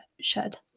shed